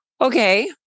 Okay